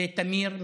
לטמיר,